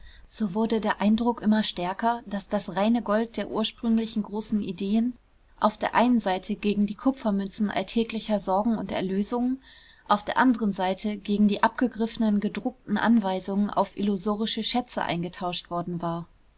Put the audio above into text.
so wurde der eindruck immer stärker daß das reine gold der ursprünglichen großen ideen auf der einen seite gegen die kupfermünzen alltäglicher sorgen und erlösungen auf der anderen seite gegen die abgegriffenen gedruckten anweisungen auf illusorische schätze eingetauscht worden war